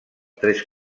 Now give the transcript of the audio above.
tres